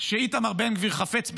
שאיתמר בן גביר חפץ ביקרן,